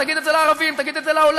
תגיד את זה לערבים, תגיד את זה לעולם,